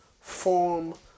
form